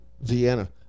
Vienna